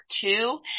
two